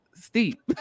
steep